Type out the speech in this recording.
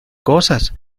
cosas